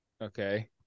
Okay